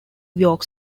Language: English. york